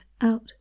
out